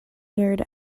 eared